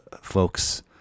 folks